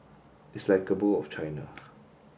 it's like a bowl of China